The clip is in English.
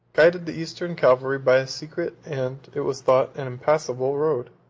guided the eastern cavalry by a secret, and, it was thought, an impassable road,